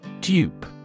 Dupe